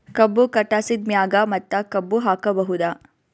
ಕಬ್ಬು ಕಟಾಸಿದ್ ಮ್ಯಾಗ ಮತ್ತ ಕಬ್ಬು ಹಾಕಬಹುದಾ?